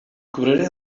cobraré